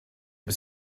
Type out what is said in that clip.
was